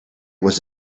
was